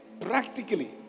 practically